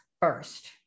first